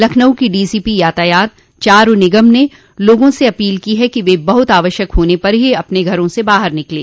लखनऊ की डीसीपी यातायात चारू निगम ने लोगों से अपील की है कि वे बहुत आवश्यक होने पर ही अपने घरों से बाहर निकलें